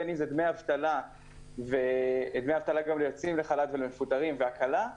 בין אם זה דמי אבטלה גם ליוצאים לחל"ת ולמפוטרים והקלה.